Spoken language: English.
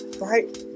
Right